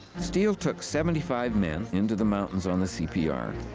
steele took seventy five men into the mountains on the cpr.